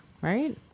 right